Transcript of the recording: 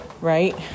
right